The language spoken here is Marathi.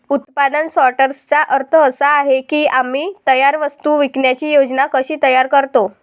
उत्पादन सॉर्टर्सचा अर्थ असा आहे की आम्ही तयार वस्तू विकण्याची योजना कशी तयार करतो